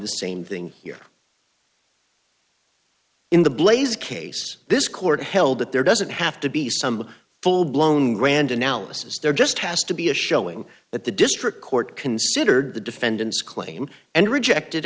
the same thing here in the blase case this court held that there doesn't have to be some full blown grand analysis there just has to be a showing that the district court considered the defendant's claim and rejected